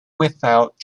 without